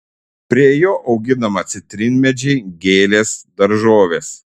prie jo auginama citrinmedžiai gėlės daržovės